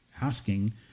asking